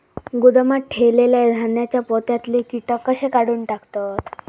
गोदामात ठेयलेल्या धान्यांच्या पोत्यातले कीटक कशे काढून टाकतत?